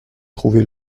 trouver